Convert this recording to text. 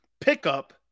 pickup